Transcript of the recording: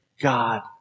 God